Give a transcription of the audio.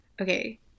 Okay